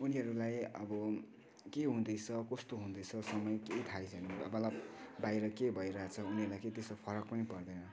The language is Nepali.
उनीहरूलाई अब के हुँदैछ कस्तो हुँदैछ समय केही थाहै छैन बलब बाहिर के भइरहेछ उनीहरूलाई त्यसो केही फरक पनि पर्दैन